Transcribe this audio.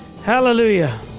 Hallelujah